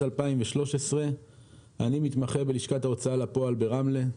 2013. אני מתמחה בלשכת הוצאה לפועל ברמלה,